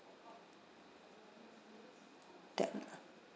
that lah